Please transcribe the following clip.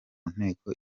nteko